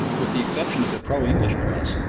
with the exception of the pro-english press,